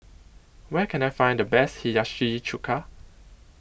Where Can I Find The Best Hiyashi Chuka